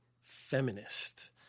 feminist